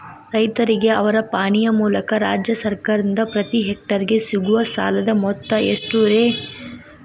ರೈತರಿಗೆ ಅವರ ಪಾಣಿಯ ಮೂಲಕ ರಾಜ್ಯ ಸರ್ಕಾರದಿಂದ ಪ್ರತಿ ಹೆಕ್ಟರ್ ಗೆ ಸಿಗುವ ಸಾಲದ ಮೊತ್ತ ಎಷ್ಟು ರೇ?